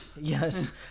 Yes